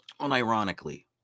Unironically